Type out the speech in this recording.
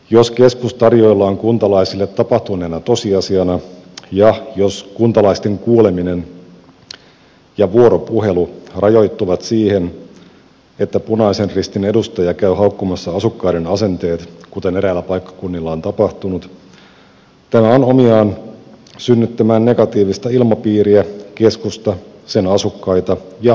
jos keskus tarjoillaan kuntalaisille tapahtuneena tosiasiana ja jos kuntalaisten kuuleminen ja vuoropuhelu rajoittuvat siihen että punaisen ristin edustaja käy haukkumassa asukkaiden asenteet kuten eräillä paikkakunnilla on tapahtunut tämä on omiaan synnyttämään negatiivista ilmapiiriä keskusta sen asukkaita ja viranomaistoimintaa kohtaan